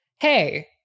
hey